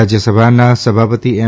રાજ્યસભાના સભાપતિ એમ